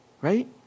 right